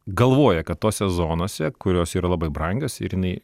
galvoja kad tose zonose kurios yra labai brangios ir jinai